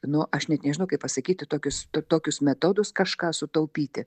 nu aš net nežinau kaip pasakyti tokius to tokius metodus kažką sutaupyti